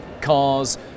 cars